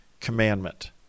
commandment